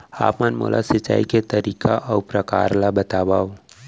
आप मन मोला सिंचाई के तरीका अऊ प्रकार ल बतावव?